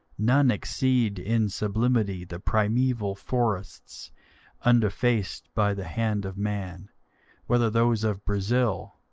none exceed in sublimity the primeval forests undefaced by the hand of man whether those of brazil,